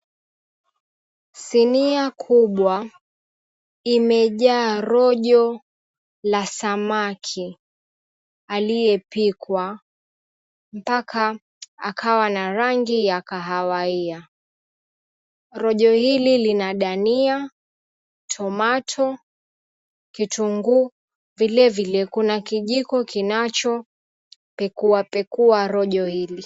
Sinia kubwa imejaa rojo la samaki aliyepikwa mpaka akawa na rangi ya kahawia. Rojo hili lina dania, tomato, kitunguu vilevile kuna kijiko kinachopekua pekua rojo hili.